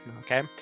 okay